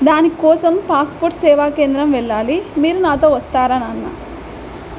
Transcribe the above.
దానికోసం పాస్పోర్ట్ సేవా కేంద్రం వెళ్ళాలి మీరు నాతో వస్తారా నాన్న